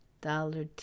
dollar